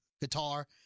guitar